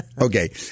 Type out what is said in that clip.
Okay